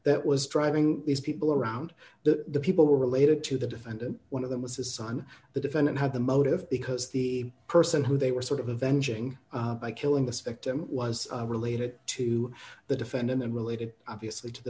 that was driving these people around the people who are related to the defendant one of them was his son the defendant had the motive because the person who they were sort of avenging by killing the spectum was related to the defendant and related obviously to the